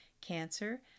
cancer